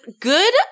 good